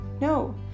No